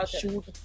shoot